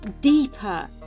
deeper